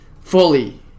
fully